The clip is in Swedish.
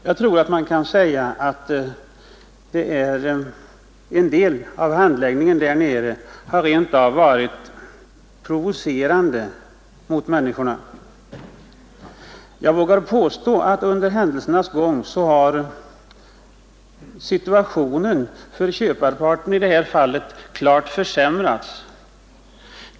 Jag vågar påstå att en del av handläggningen rent av har verkat provocerande på människorna och att situationen för köparparten under händelsernas gång klart har försämrats.